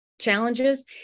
challenges